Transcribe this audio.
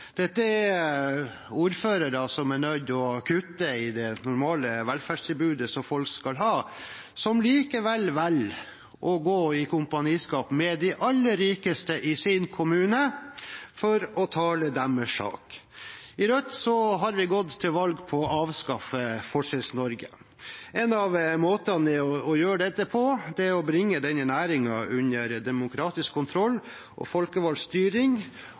er ordførere som er nødt til å kutte i det normale velferdstilbudet folk skal ha, som likevel velger å gå i kompaniskap med de aller rikeste i sin kommune for å tale deres sak. I Rødt har vi gått til valg på å avskaffe Forskjells-Norge. En av måtene å gjøre dette på er å bringe denne næringen under demokratisk kontroll og folkevalgt styring